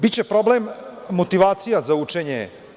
Biće problem motivacija za učenje.